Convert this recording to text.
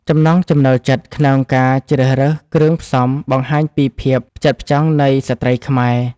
ចំណង់ចំណូលចិត្តក្នុងការជ្រើសរើសគ្រឿងផ្សំបង្ហាញពីភាពផ្ចិតផ្ចង់នៃស្ត្រីខ្មែរ។